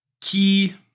key